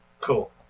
Cool